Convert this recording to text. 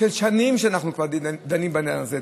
שנים שאנחנו כבר דנים בעניין הזה.